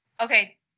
Okay